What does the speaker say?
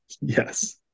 Yes